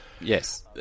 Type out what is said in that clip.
Yes